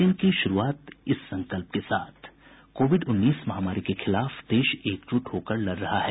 bulletin की शुरूआत से पहले ये संकल्प कोविड उन्नीस महामारी के खिलाफ देश एकजुट होकर लड़ रहा है